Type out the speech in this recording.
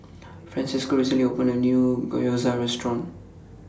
Francesco recently opened A New Gyoza Restaurant